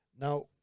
now